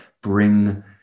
bring